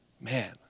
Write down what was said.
Man